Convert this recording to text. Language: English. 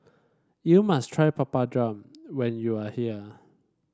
you must try Papadum when you are here